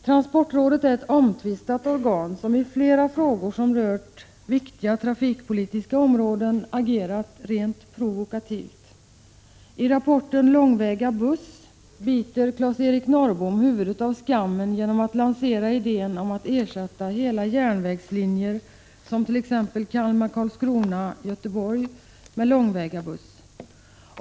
Transportrådet är ett omtvistat organ, som i flera frågor som rört viktiga trafikpolitiska områden agerat rent provokativt. I rapporten ”Långväga buss” biter Claes-Eric Norrbom huvudet av skammen genom att lansera idén om att ersätta hela järnvägslinjer, t.ex. Kalmar/Karlskrona-Göteborg, med långväga buss.